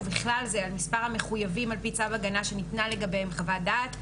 ובכלל זה על מספר המחויבים על פי צו הגנה שניתנה לגביהם חוות דעת,